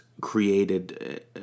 created